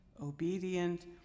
obedient